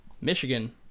Michigan